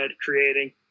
creating